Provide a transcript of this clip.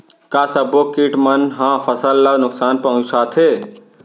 का सब्बो किट मन ह फसल ला नुकसान पहुंचाथे?